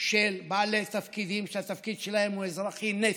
של בעלי תפקידים שהתפקיד שלהם הוא אזרחי נטו.